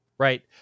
Right